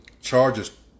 charges